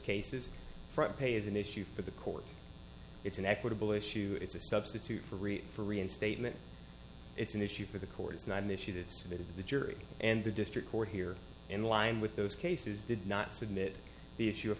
cases front page is an issue for the court it's an equitable issue it's a substitute for for reinstatement it's an issue for the court is not an issue that submitted to the jury and the district court here in line with those cases did not submit the issue of